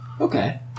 okay